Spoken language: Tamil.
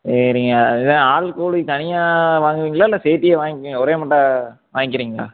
சரிங்க இது ஆள் கூலி தனியாக வாங்குவிங்களா இல்லை சேர்த்தியே வாங்கிக்குவிங்களா ஒரேமுட்டாக வாங்கிக்கிறிங்களா